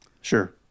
sure